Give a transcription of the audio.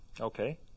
Okay